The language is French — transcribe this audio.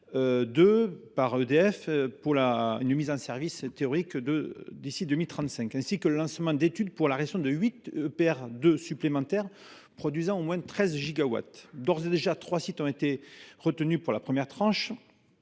par EDF pour une mise en service théorique d’ici à 2035, ainsi que de lancer des études pour la création de huit autres EPR2, produisant au moins 13 gigawatts. D’ores et déjà, trois sites ont été retenus pour la première tranche